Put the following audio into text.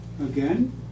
Again